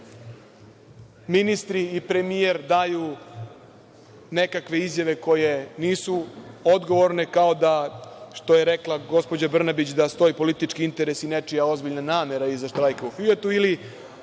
ministri i premijer daju nekakve izjave koje nisu odgovorne, kao što je rekla gospođa Brnabić da stoje politički interesi i nečija ozbiljna namera iza štrajka u „Fijatu“, ili